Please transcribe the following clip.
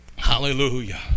Hallelujah